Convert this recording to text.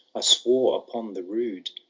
swore upon the rood,